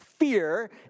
fear